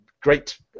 great